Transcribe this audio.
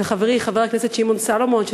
וחברי חבר הכנסת שמעון סולומון,